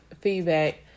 feedback